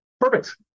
Perfect